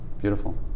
Beautiful